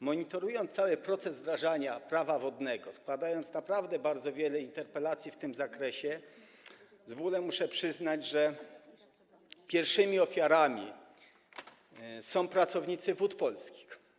Monitorowałem cały proces wdrażania Prawa wodnego, składałem naprawdę bardzo wiele interpelacji w tym zakresie i z bólem muszę przyznać, że pierwszymi ofiarami są pracownicy Wód Polskich.